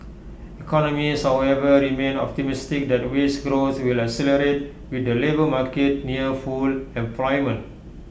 economists however remain optimistic that wage growth will accelerate with the labour market near full employment